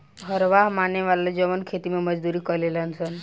हरवाह माने होला जवन खेती मे मजदूरी करेले सन